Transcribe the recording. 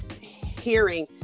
hearing